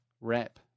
wrap